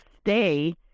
stay